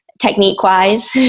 technique-wise